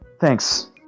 Thanks